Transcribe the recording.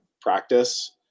practice